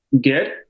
good